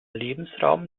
lebensraum